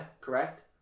Correct